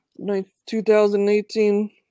2018